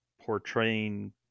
portraying